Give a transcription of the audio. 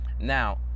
now